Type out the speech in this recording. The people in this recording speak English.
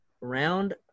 Round